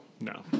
No